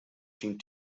syn